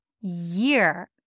year